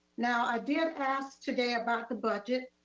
now i did ask today about the budget.